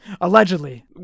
allegedly